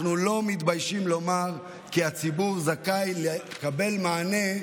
אנחנו לא מתביישים לומר שהציבור זכאי לקבל מענה,